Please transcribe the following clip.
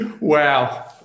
wow